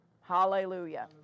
Hallelujah